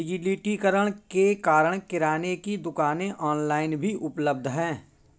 डिजिटलीकरण के कारण किराने की दुकानें ऑनलाइन भी उपलब्ध है